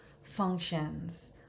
functions